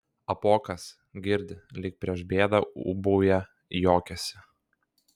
apuokas girdi lyg prieš bėdą ūbauja juokiasi